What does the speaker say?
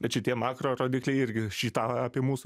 bet šitie makro rodikliai irgi šį tą apie mūsų